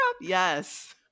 Yes